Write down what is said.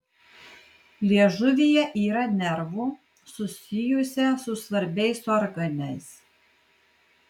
liežuvyje yra nervų susijusią su svarbiais organais